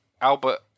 Albert